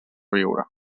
viure